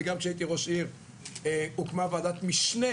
וגם כשהייתי ראש עיר הוקמה ועדת משנה